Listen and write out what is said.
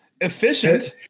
efficient